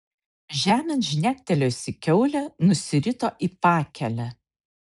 žemėn žnektelėjusi kiaulė nusirito į pakelę